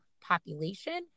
population